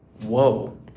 Whoa